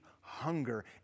hunger